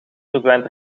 verdwijnt